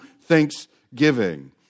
thanksgiving